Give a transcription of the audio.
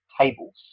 tables